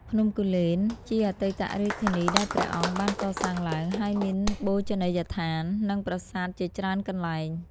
ភ្នំគូលែនជាអតីតរាជធានីដែលព្រះអង្គបានកសាងឡើង ហើយមានបូជនីយដ្ឋាន និងប្រាសាទជាច្រើនកន្លែង។